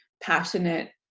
passionate